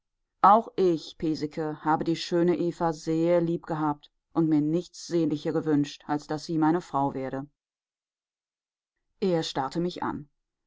auch ich piesecke habe die schöne eva sehr liebgehabt und mir nichts sehnlicher gewünscht als daß sie meine frau werde er starrte mich an